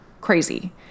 crazy